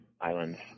islands